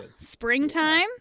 Springtime